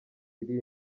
iri